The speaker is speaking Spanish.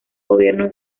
gobierno